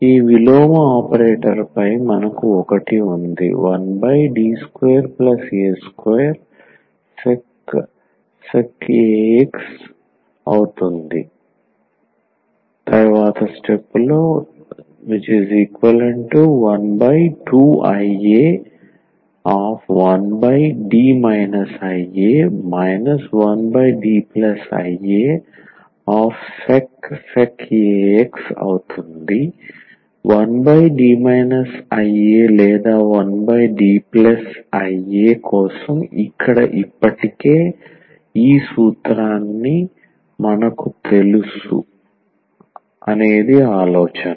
ఈ విలోమ ఆపరేటర్పై మనకు ఒకటి ఉంది 1D2a2sec ax 12ia1D ia 1Diasec ax 1D ia లేదా 1Dia కోసం ఇక్కడ ఇప్పటికే ఈ సూత్రాన్ని మనకు తెలుసు అనేది ఆలోచన